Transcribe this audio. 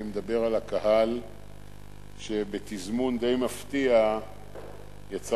אני מדבר על הקהל שבתזמון די מפתיע יצא